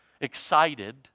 excited